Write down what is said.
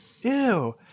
Ew